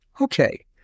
okay